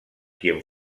quien